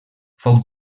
fou